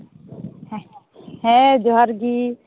ᱦᱮᱸ ᱡᱚᱦᱟᱨ ᱜᱮ